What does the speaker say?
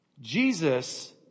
Jesus